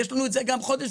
יש לנו את זה גם חודש,